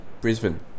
Brisbane